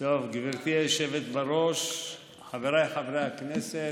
גברתי היושבת בראש, חבריי חברי הכנסת,